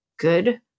good